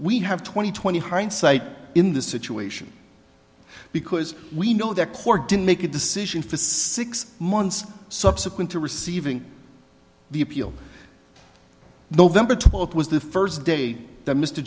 we have twenty twenty hindsight in the situation because we know that poor didn't make a decision for six months subsequent to receiving the appeal november twelfth was the first day that mr